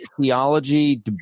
theology